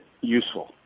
useful